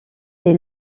est